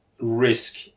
risk